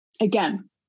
again